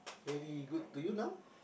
very good to you now